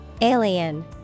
Alien